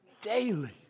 daily